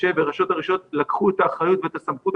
מראשי וראשות הרשויות לקחו את האחריות ואת הסמכות.